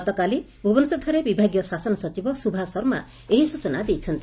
ଗତକାଲି ଭୁବନେଶ୍ୱରଠାରେ ବିଭାଗୀୟ ଶାସନ ସଚିବ ସ୍ରଭା ଶର୍ମା ଏହି ସ୍ରଚନା ଦେଇଛନ୍ତି